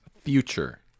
Future